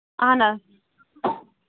اَہَن ہا